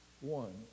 One